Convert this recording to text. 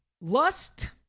Lust